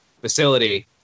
facility